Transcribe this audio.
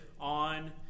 on